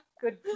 Good